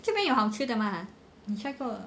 这边有好吃的吗 ah 你 try 过